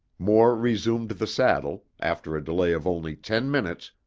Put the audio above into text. moore resumed the saddle, after a delay of only ten minutes,